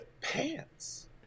pants